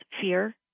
fear